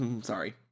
Sorry